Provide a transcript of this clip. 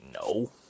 no